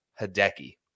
Hideki